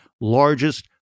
largest